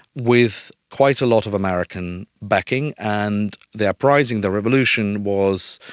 with quite a lot of american backing. and the uprising, the revolution was,